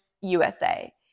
USA